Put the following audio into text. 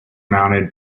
surmounted